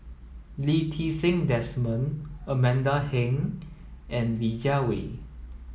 Lee Ti Seng Desmond Amanda Heng and Li Jiawei